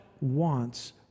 wants